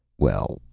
well,